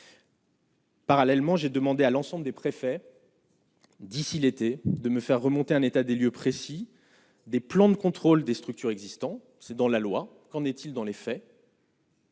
Parallèlement, j'ai demandé à l'ensemble des préfets d'ici l'été, de me faire remonter un état des lieux précis des plans de contrôle des structures existant, c'est dans la loi, qu'en est-il dans les faits.